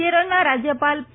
કેરળના રાજયપાલ પી